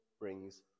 brings